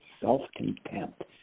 self-contempt